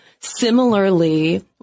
similarly